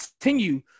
continue